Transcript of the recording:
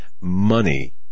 money